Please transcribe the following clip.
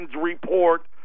report